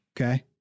Okay